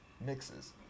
mixes